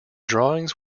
drawings